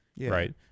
right